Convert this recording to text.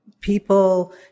people